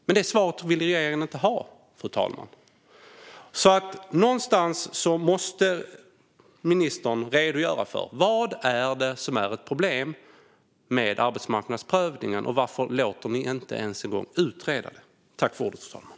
Men det svaret vill regeringen inte ha. Någonstans måste ministern redogöra för vad som är ett problem med arbetsmarknadsprövning. Varför låter ni inte ens en gång utreda frågan?